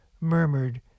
murmured